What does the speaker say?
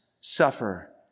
suffer